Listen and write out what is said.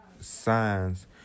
signs